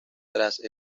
tras